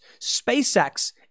SpaceX